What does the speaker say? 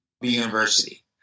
University